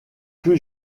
que